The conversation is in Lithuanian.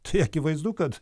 tai akivaizdu kad